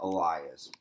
Elias